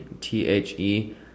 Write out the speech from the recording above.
T-H-E